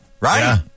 Right